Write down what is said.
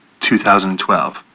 2012